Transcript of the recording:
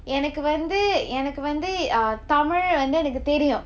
எனக்கு வந்து எனக்கு வந்து:ennakku vanthu ennakku vanthu um tamil வந்து எனக்கு தெரியும்:vanthu enakku theriyum